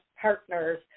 partners